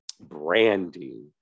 Brandy